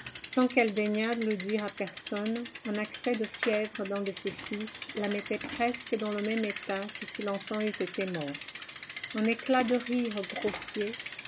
sans qu'elle daignât le dire à personne un accès de fièvre d'un de ses fils la mettait presque dans le même état que si l'enfant eût été mort un éclat de rire grossier